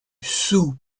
sous